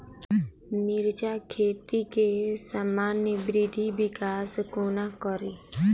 मिर्चा खेती केँ सामान्य वृद्धि विकास कोना करि?